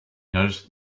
noticed